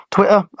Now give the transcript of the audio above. Twitter